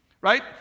right